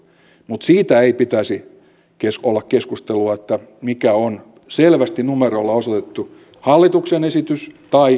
mutta siitä ei pitäisi olla keskustelua mikä on selvästi numeroilla osoitettu hallituksen esitys tai sdpn esitys